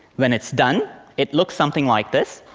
when it's done, it looks something like this,